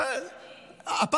עם יש עתיד.